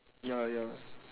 ya lah ya